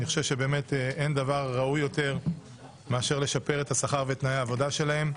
אני חושב שבאמת אין דבר ראוי יותר מאשר לשפר את השכר ותנאי העבודה שלהם.